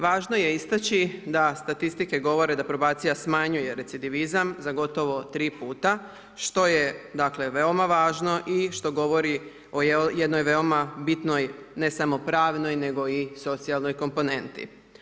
Važno je istaći da statistike govore da probacija smanjuje recidivizam za gotovo tri puta što je veoma važno i što govori o jednoj veoma bitnoj ne samo pravnoj nego i socijalnoj komponenti.